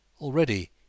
Already